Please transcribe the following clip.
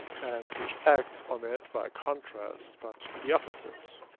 and which acts on it by contrast, but the opposite.